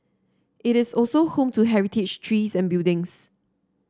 it is also home to heritage trees and buildings